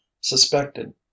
suspected